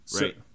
Right